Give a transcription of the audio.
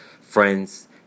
Friends